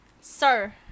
sir